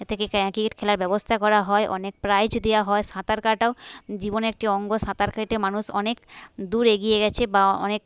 থেকে ক্রিকেট খেলার ব্যবস্থা করা হয় অনেক প্রাইজ দেওয়া হয় সাঁতার কাটাও জীবনের একটি অঙ্গ সাঁতার কেটে মানুষ অনেক দূর এগিয়ে গেছে বা অনেক